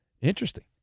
Interesting